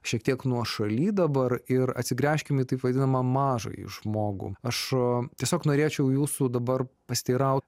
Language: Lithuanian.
šiek tiek nuošaly dabar ir atsigręžkim į taip vadinamą mažąjį žmogų aš tiesiog norėčiau jūsų dabar pasiteiraut